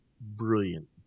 brilliant